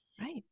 right